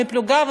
ומהפלוגה,